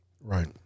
Right